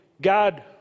God